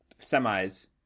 semis